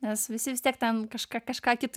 nes visi vis tiek ten kažką kažką kito